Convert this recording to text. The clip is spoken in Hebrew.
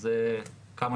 אז כמה